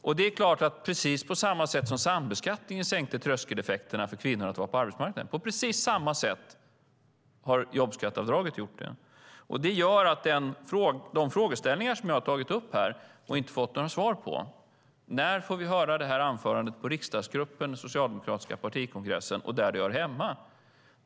På precis samma sätt som borttagandet av sambeskattningen sänkte tröskeleffekterna för kvinnor att vara på arbetsmarknaden har jobbskatteavdraget gjort det. Jag återkommer till de frågeställningar som jag har tagit upp här och inte fått några svar på. När får vi höra Hannah Bergstedts anförande på den socialdemokratiska partikongressen, där det hör hemma?